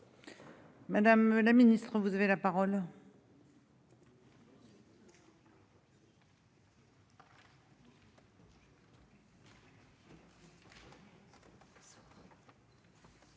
Madame la Ministre, vous avez la parole.